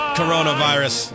coronavirus